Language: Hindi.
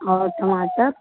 और टमाटर